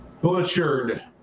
butchered